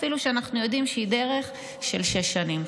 אפילו שאנחנו יודעים שהיא דרך של שש שנים.